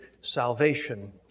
salvation